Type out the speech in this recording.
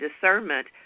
discernment